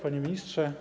Panie Ministrze!